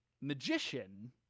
magician